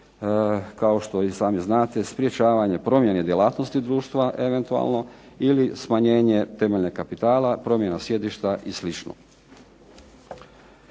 kao što i sami znate sprječavanje promjeni djelatnosti društva eventualno ili smanjenje temeljnog kapitala, promjena sjedišta i